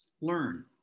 learn